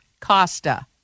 Costa